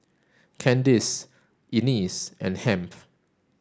Candyce Ennis and Hamp